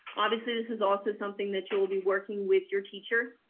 obviously this is also something that you will be working with your teacher